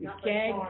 okay